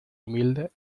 humilde